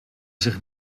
zich